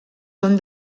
són